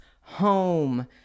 home